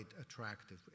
attractive